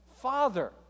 Father